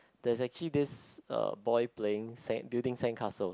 there's actually this uh boy playing sand building sandcastle